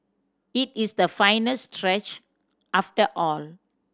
it is the final stretch after all